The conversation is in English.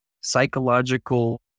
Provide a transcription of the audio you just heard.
psychological